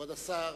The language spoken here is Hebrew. כבוד השר